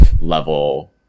level